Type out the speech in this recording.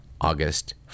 August